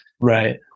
Right